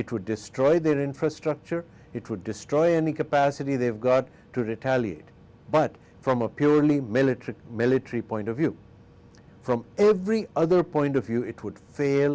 it would destroy their infrastructure it would destroy any capacity they've got to retaliate but from a purely military military point of view from every other point of view it would fail